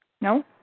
No